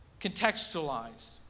contextualized